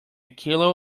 kilo